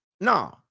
no